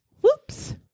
whoops